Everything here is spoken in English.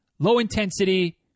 low-intensity